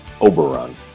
Oberon